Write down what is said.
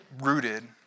rooted